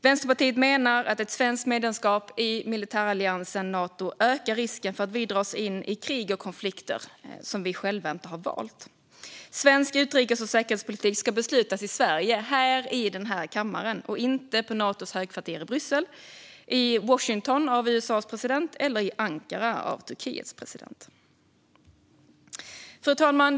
Vänsterpartiet menar att ett svenskt medlemskap i militäralliansen Nato ökar risken för att Sverige dras in i krig och konflikter vi inte själva valt. Svensk utrikes och säkerhetspolitik ska beslutas i Sverige, i denna kammare, inte på Natos högkvarter i Bryssel, i Washington av USA:s president eller i Ankara av Turkiets president. Fru talman!